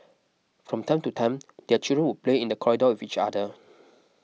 from time to time their children would play in the corridor with each other